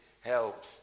Help